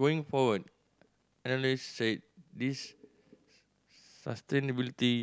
going forward analyst said this sustainability